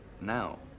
now